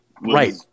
right